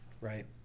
right